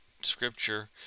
scripture